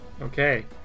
Okay